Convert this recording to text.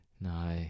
No